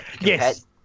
Yes